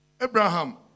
Abraham